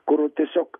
kur tiesiog